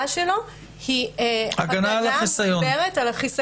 היא עוברת.